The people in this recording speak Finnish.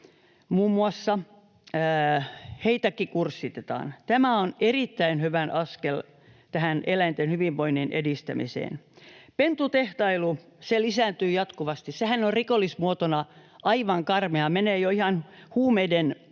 syyttäjiäkin kurssitetaan. Tämä on erittäin hyvä askel eläinten hyvinvoinnin edistämiseen. Pentutehtailu lisääntyy jatkuvasti. Sehän on rikollisuuden muotona aivan karmea — menee jo ihan huumeiden